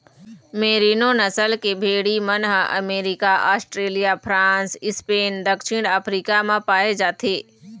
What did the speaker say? मेरिनों नसल के भेड़ी मन ह अमरिका, आस्ट्रेलिया, फ्रांस, स्पेन, दक्छिन अफ्रीका म पाए जाथे